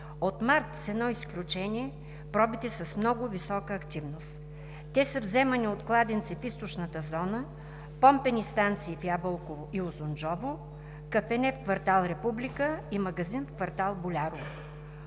март с едно изключение пробите са с много висока активност. Те са вземани от кладенци в Източната зона, помпени станции в Ябълково и Узунджово, кафене в „Република“ и магазин в квартал „Болярово“.